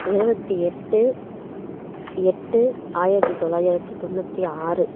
இருபத்தி எட்டு எட்டு ஆயிரத்து தொள்ளாயிரத்து தொண்ணூற்றி ஆறு